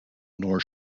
nor